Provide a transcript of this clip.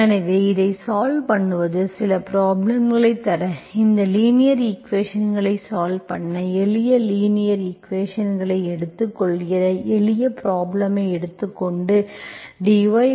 எனவே இதைத் சால்வ் பண்ணுவது சில ப்ராப்ளம்களைத் தர இந்த லீனியர் ஈக்குவேஷன்ஸ்களை சால்வ் பண்ண எளிய லீனியர் ஈக்குவேஷன்ஸ்ஐ எடுத்துக்கொள்கிற எளிய ப்ராப்ளம்ஐ எடுத்துகொண்டு dydx2y1